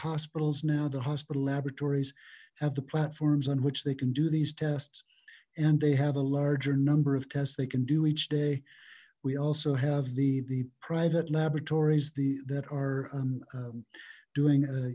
hospitals now the hospital laboratories have the platforms on which they can do these tests and they have a larger number of tests they can do each day we also have the the private laboratories the that are